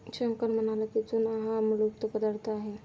शंकर म्हणाला की, चूना हा आम्लयुक्त पदार्थ आहे